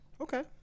Okay